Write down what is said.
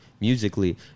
musically